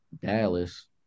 Dallas